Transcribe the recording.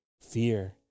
fear